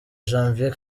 janvier